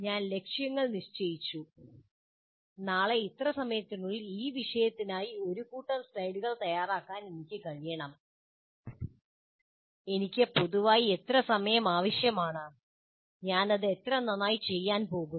ഞാൻ ലക്ഷ്യങ്ങൾ നിശ്ചയിച്ചു നാളെ ഇത്ര സമയത്തിനുളളിൽ ഈ വിഷയത്തിനായി ഒരു കൂട്ടം സ്ലൈഡുകൾ തയ്യാറാക്കാൻ എനിക്ക് കഴിയണം എനിക്ക് പൊതുവെ എത്ര സമയം ആവശ്യമാണ് ഞാൻ അത് എത്ര നന്നായി ചെയ്യാൻ പോകുന്നു